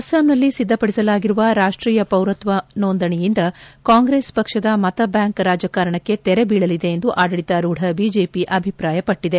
ಅಸ್ಸಾಂನಲ್ಲಿ ಸಿದ್ದಪಡಿಸಲಾಗಿರುವ ರಾಷ್ಟೀಯ ಪೌರತ್ವ ನೋಂದಣಿಯಿಂದ ಕಾಂಗ್ರೆಸ್ ಪಕ್ಷದ ಮತ ಬ್ಯಾಂಕ್ ರಾಜಕಾರಣಕ್ಕೆ ತೆರೆ ಬೀಳಲಿದೆ ಎಂದು ಆಡಳಿತಾರೂಢ ಬಿಜೆಪಿ ಅಭಿಪ್ರಾಯಪಟ್ಟಿದೆ